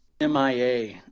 MIA